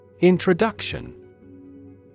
Introduction